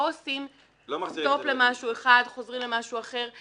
לא עושים סטופ למשהו אחד, חוזרים למשהו אחר.